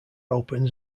opens